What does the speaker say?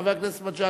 חבר הכנסת מג'אדלה,